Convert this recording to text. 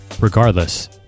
Regardless